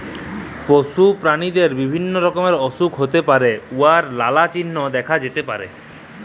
পশু পেরালিদের বিভিল্য রকমের অসুখ হ্যইতে পারে উয়ার লালা চিল্হ দ্যাখা যাতে পারে